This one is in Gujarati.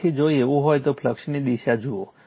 તેથી જો એવું હોય તો ફ્લક્સની દિશા જુઓ